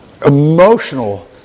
emotional